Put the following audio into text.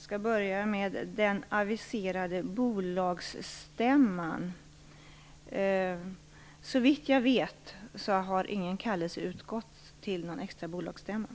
skall börja med den aviserade bolagsstämman. Såvitt jag vet har ingen kallelse utgått till någon extra bolagsstämma.